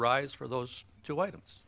rise for those two items